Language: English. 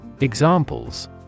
Examples